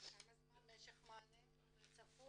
כמה זמן משך מענה צפוי?